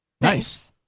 nice